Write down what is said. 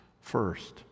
first